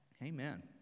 amen